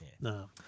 No